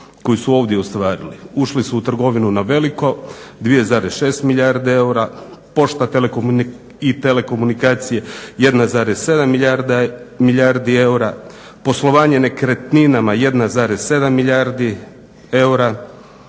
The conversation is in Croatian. koju su ovdje ostvarili. Ušli su u trgovinu na veliko 2,6 milijarde eura, pošta i telekomunikacije 1,7 milijardi eura, poslovanje nekretninama 1,7 milijardi eura,